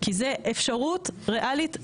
כי זו אפשרות ריאלית לגמרי.